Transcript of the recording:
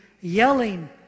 yelling